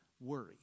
worry